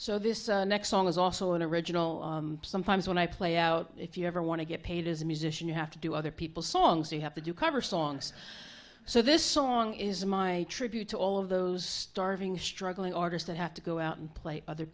so this next song is also an original sometimes when i play out if you ever want to get paid as a musician you have to do other people's songs you have to do cover songs so this song is my tribute to all of those starving struggling artists that have to go out and play other